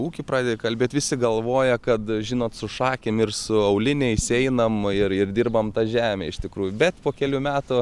ūkį pradedi kalbėt visi galvoja kad žinot su šakėm ir su auliniais einam ir ir dirbam tą žemę iš tikrųjų bet po kelių metų